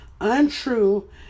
untrue